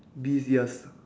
bees yes